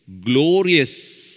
glorious